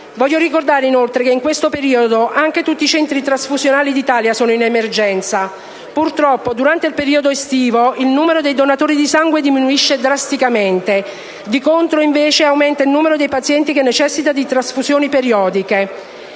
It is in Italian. Voglio ricordare inoltre che in questo periodo tutti i centri trasfusionali d'Italia sono in emergenza. Purtroppo, durante il periodo estivo, il numero dei donatori di sangue diminuisce drasticamente; di contro, invece, aumenta il numero dei pazienti che necessita di trasfusioni periodiche.